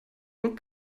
und